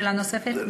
שאלה נוספת?